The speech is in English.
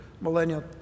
millennial